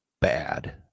bad